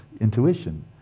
intuition